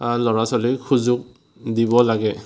বা ল'ৰা ছোৱালীক সুযোগ দিব লাগে